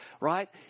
right